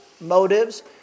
motives